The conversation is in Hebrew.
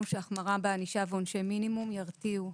שהחמרה בענישה ועונשי מינימום ירתיעו.